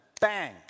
Bang